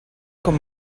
com